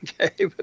Okay